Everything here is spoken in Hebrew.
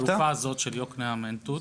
החלופה הזו של יקנעם-עין תות